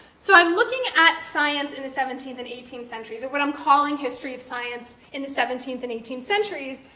so i'm looking at science in the seventeenth and eighteenth centuries, or what i'm calling history of science in the seventeenth and eighteenth centuries,